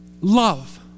Love